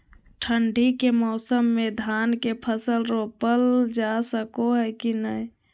ठंडी के मौसम में धान के फसल रोपल जा सको है कि नय?